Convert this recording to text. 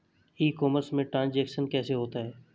ई commerce में transaction कैसे होता है?